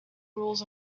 rules